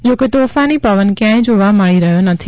જોકે તોફાની પવન ક્યાંય જોવા મળી રહ્યો નથી